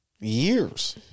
years